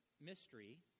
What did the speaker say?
mystery